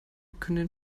können